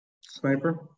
Sniper